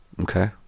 Okay